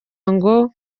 ngo